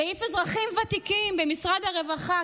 סעיף אזרחים ותיקים במשרד הרווחה,